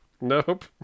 Nope